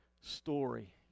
story